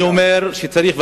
אני אומר שצריך לבוא,